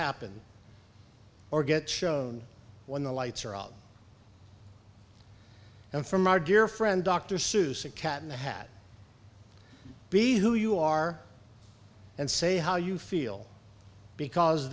happen or get shown when the lights are out and from our dear friend dr seuss a cat in the hat be who you are and say how you feel because